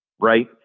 right